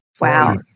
Wow